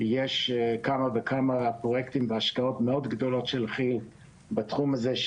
יש כמה וכמה פרויקטים והשקעות מאוד גדולות של כי"ל בתחום הזה,